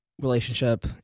relationship